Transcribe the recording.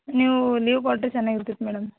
ನೀವು ಲೀವ್ ಕೊಟ್ಟರೆ ಚೆನ್ನಾಗಿರ್ತಿತ್ತು ಮೇಡಮ್